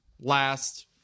last